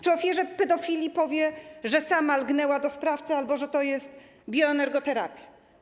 Czy ofierze pedofilii powie, że sama lgnęła do sprawcy albo że to jest bioenergoterapia?